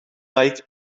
like